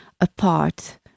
apart